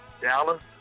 Dallas